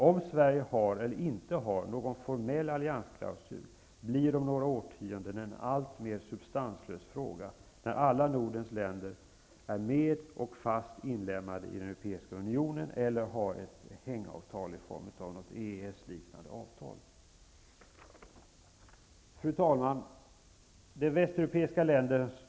Om Sverige har eller inte har någon formell alliansklausul blir om några årtionden en allt mer substanslös fråga, när alla Nordens länder är fast inlemmade i EU eller har ett hängavtal liknande EES-avtalet. Fru talman!